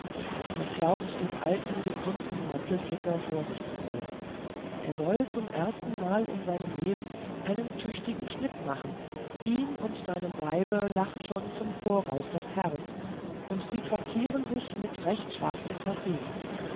man glaubt den alten gekrümmten mantelflicker vor sich zu sehen er soll zum erstenmal in seinem leben einen tüchtigen schnitt machen ihm und seinem weibe lacht schon zum voraus das herz und sie traktieren sich mit recht schwarzem kaffee